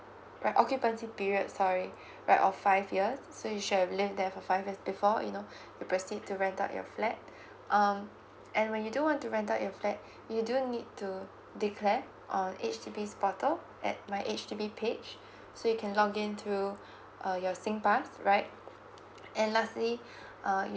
right occupancy period sorry right of five years so you should have live there for five years before you know to proceed to rent out your flat um and when you do want to rent out your flat you do need to declare on H_D_B's portal at my H_D_B page so you can login through uh your singpass right and lastly uh you